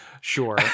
sure